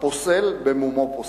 הפוסל במומו פוסל.